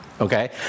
okay